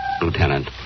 Lieutenant